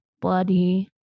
bloody